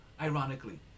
Ironically